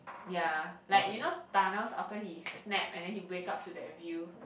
ya like you know tunnels after he snap and then he wake up to that view